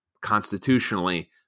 constitutionally